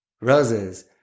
Roses